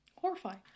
Horrifying